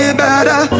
better